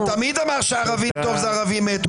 הוא תמיד אמר שערבי טוב זה ערבי מת.